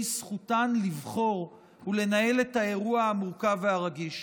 זכותן לבחור ולנהל את האירוע המורכב והרגיש.